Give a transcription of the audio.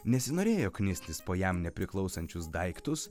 nesinorėjo knistis po jam nepriklausančius daiktus